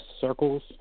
circles